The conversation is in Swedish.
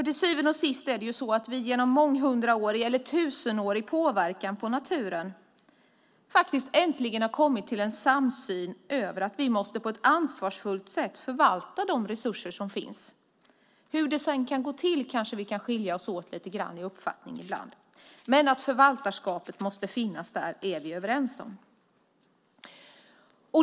Till syvende och sist har vi genom månghundraårig, eller tusenårig, påverkan på naturen faktiskt äntligen kommit till en samsyn om att vi på ett ansvarsfullt sätt måste förvalta de resurser som finns. När det gäller hur det sedan kan gå till kanske vi ibland skiljer oss åt lite grann i uppfattning. Men att förvaltarskapet måste finnas där är vi överens om.